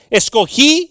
escogí